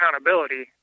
accountability